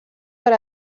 per